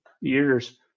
years